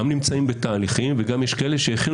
גם נמצאים בתהליכים וגם יש כאלה שהחילו